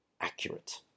accurate